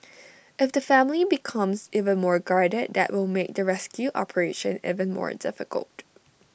if the family becomes even more guarded that will make the rescue operation even more difficult